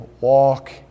walk